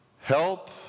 Help